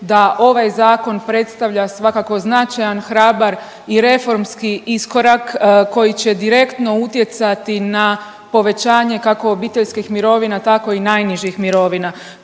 da ovaj zakon predstavlja svakako značajan hrabar i reformski iskorak koji će direktno utjecati na povećanje kako obiteljskih mirovina tako i najnižih mirovina,